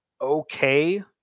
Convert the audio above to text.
okay